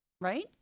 Right